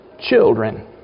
children